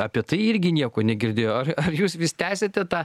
apie tai irgi nieko negirdėjo ar jūs vis tęsiate tą